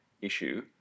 issue